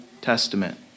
testament